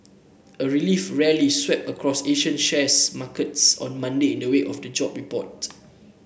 a relief rally swept across Asian share markets on Monday in the wake of the jobs report